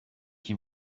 qui